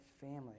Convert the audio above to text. family